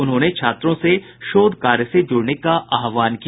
उन्होंने छात्रों से शोध कार्य से जुड़ने का आह्वान किया